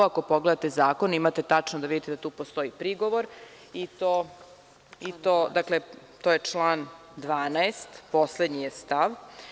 Ako pogledate zakon, imate tačno da vidite da tu postoji prigovor i to je član 12, poslednji je stav.